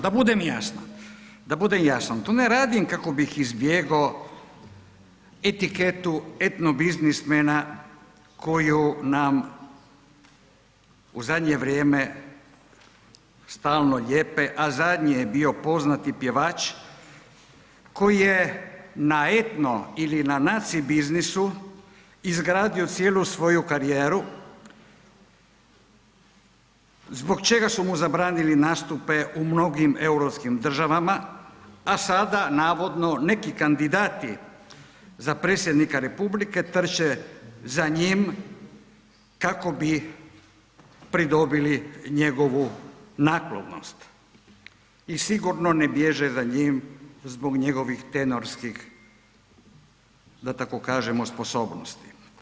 Da budem jasniji, da budem jasan, to ne radim kako bih izbjegao etiketu etnobiznismena koju nam u zadnje vrijeme stalno lijepe, a zadnje je bio poznati pjevač koji je na etno ili na naci biznisu izgradio cijelu svoju karijeru zbog čega su mu zabranili nastupe u mnogim Europskim državama, a sada navodno neki kandidati za predsjednika republike trče za njim kako bi pridobili njegovu naklonost i sigurno ne bježe za njim zbog njegovih tenorskih da tako kažemo sposobnosti.